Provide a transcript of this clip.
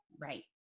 Right